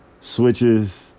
switches